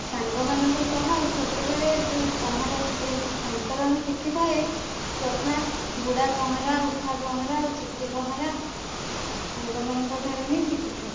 ସାଙ୍ଗମାନଙ୍କ ସହ ଛୋଟବେଳେ ଯେଉଁ ପହଁରା ଏ ସନ୍ତରଣ ଶିଖିଥାଏ ଯଥା ବୁଡ଼ା ପହଁରା ଉଠା ପହଁରା ଚିତି ପହଁରା ସାଙ୍ଗମାନଙ୍କ ଠାରୁ ହିଁ ଶିଖିଥାଏ